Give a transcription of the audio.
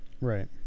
Right